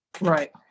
Right